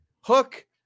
Hook